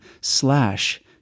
slash